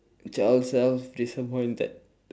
child self disappointed